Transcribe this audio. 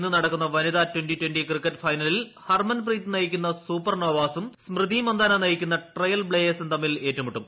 ഇന്ന് നടക്കുന്ന വനിത ടാന്റിക്ക് കിക്കറ്റ് ഫൈനലിൽ ഹർമൻ പ്രീത് നയിക്കുന്ന സൂപ്പർ നോപ്പിൽും സ്മൃതി മന്ദാന നയിക്കുന്ന ട്രെയൽ ബ്ലെയേഴ്സും തമ്മിൽ ഏറ്റുമുട്ടും